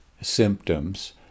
symptoms